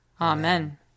Amen